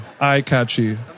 eye-catchy